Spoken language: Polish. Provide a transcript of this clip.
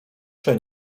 czy